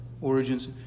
origins